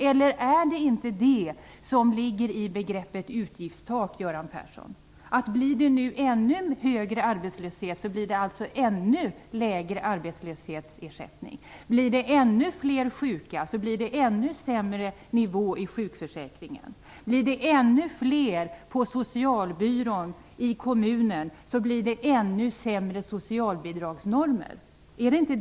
Eller är det inte det som ligger i begreppet utgiftstak, Göran Persson? Blir det nu ännu högre arbetslöshet, så blir arbetslöshetsersättningen ännu lägre. Blir det ännu fler sjuka, så blir nivån i sjukförsäkringen ännu sämre. Blir det ännu fler på socialbyrån i kommunen, så blir socialbidragsnormerna ännu sämre.